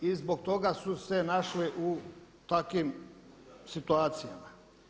I zbog toga su se našli u takvim situacijama.